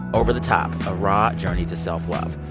over the top a raw journey to self-love.